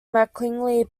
mckinley